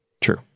True